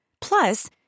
Plus